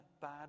bad